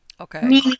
Okay